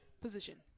position